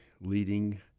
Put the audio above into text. leading